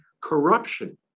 corruption